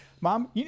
mom